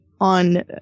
on